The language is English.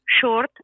short